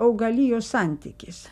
augalijos santykis